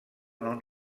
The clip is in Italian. non